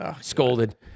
scolded